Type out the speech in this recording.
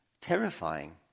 terrifying